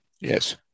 Yes